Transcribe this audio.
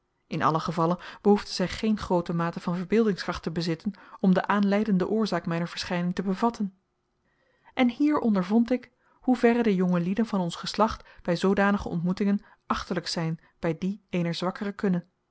in allen gevalle behoefde zij geene groote mate van verbeeldingskracht te bezitten om de aanleidende oorzaak mijner verschijning te bevatten en hier ondervond ik hoeverre de jonge lieden van ons geslacht bij zoodanige ontmoetingen achterlijk zijn bij die eener zwakkere kunne